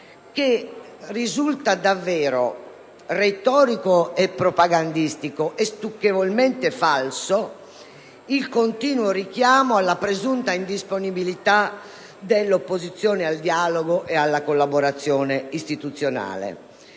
che risulta davvero retorico, propagandistico e stucchevolmente falso il continuo richiamo alla presunta indisponibilità dell'opposizione al dialogo e alla collaborazione istituzionale.